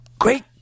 Great